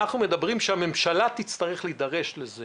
אנחנו אומרים שהממשלה תצטרך להידרש לזה